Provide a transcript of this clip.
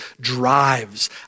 drives